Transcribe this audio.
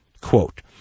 quote